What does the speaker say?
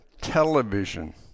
television